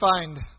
find